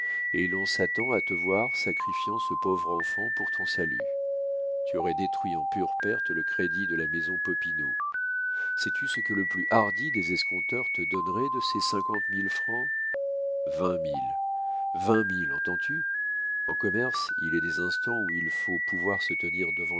et l'on s'attend à te voir sacrifiant ce pauvre enfant pour ton salut tu aurais détruit en pure perte le crédit de la maison popinot sais-tu ce que le plus hardi des escompteurs te donnerait de ces cinquante mille francs vingt mille vingt mille entends-tu en commerce il est des instants où il faut pouvoir se tenir devant